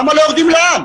למה לא יורדים לעם?